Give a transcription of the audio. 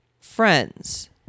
friends